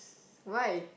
why